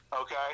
Okay